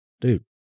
Dude